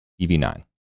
EV9